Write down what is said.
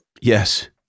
Yes